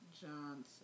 Johnson